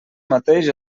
mateix